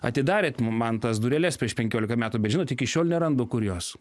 atidarėt man tas dureles prieš penkiolika metų bet žinot iki šiol nerandu kurios